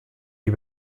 die